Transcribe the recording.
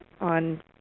on